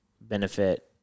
benefit